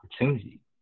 opportunity